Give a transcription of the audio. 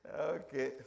Okay